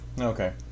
Okay